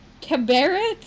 Cabaret